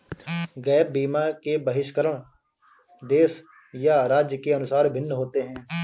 gap बीमा के बहिष्करण देश या राज्य के अनुसार भिन्न होते हैं